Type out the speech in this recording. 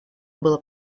было